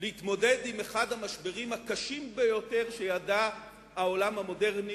ולהתמודד עם אחד המשברים הקשים ביותר שידע העולם המודרני,